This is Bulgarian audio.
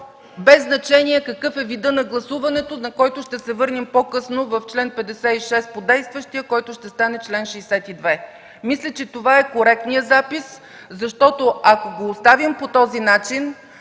без значение какъв е видът на гласуването, на който ще се върнем по-късно в чл. 56 по действащия правилник, който ще стане чл. 62. Мисля, че това е коректният запис, защото ако го оставим по този начин,